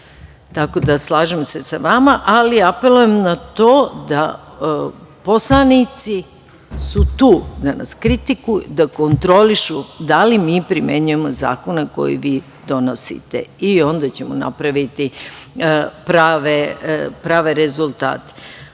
da slažem se sa vama, ali apelujem na to da poslanici su tu da nas kritikuju, da kontrolišu da li mi primenjujemo zakon koji vi donosite i onda ćemo napraviti prave rezultate. Što